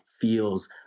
feels